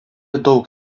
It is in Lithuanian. daug